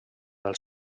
els